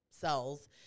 cells